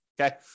Okay